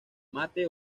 mate